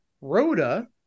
Rhoda